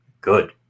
good